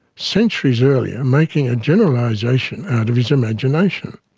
centuries earlier, making a generalisation out of his imagination